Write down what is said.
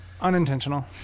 Unintentional